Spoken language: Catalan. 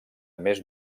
més